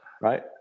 Right